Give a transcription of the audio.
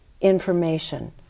information